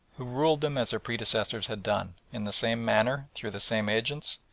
who ruled them as their predecessors had done, in the same manner, through the same agents,